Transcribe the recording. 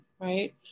right